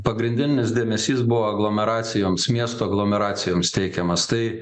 pagrindinis dėmesys buvo aglomeracijoms miestų aglomeracijoms teikiamas tai